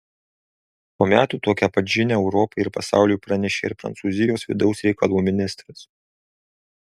po metų tokią pat žinią europai ir pasauliui pranešė ir prancūzijos vidaus reikalų ministras